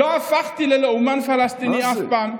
לא הפכתי ללאומן פלסטיני אף פעם.